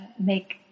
make